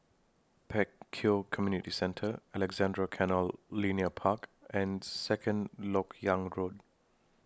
Pek Kio Community Centre Alexandra Canal Linear Park and Second Lok Yang Road